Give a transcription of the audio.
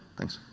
thanks.